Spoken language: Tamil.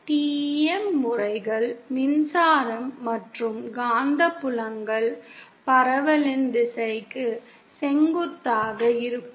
TEM முறைகள் மின்சாரம் மற்றும் காந்தப்புலங்கள் பரவலின் திசைக்கு செங்குத்தாக இருக்கும்